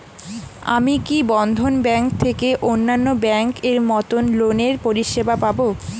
আমি কি বন্ধন ব্যাংক থেকে অন্যান্য ব্যাংক এর মতন লোনের পরিসেবা পাব?